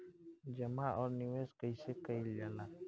जमा और निवेश कइसे कइल जाला?